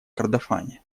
кордофане